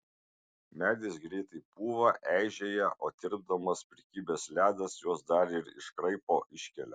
medis greitai pūva eižėja o tirpdamas prikibęs ledas juos dar ir iškraipo iškelia